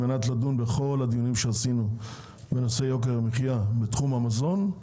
על מנת לדון בכל הדיונים שעשינו בנושא יוקר המחיה ובתחום המזון,